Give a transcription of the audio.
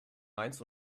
mainz